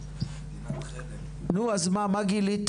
נו אז מה גילית?